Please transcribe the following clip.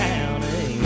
County